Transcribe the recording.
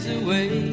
away